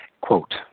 Quote